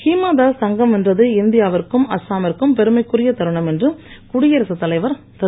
ஹீமாதாஸ் தங்கம் வென்றது இந்தியாவிற்கும் அஸ்ஸாமிற்கும் பெருமைக்குரிய தருணம் என்று குடியரசுத் தலைவர் திரு